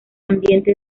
ambiente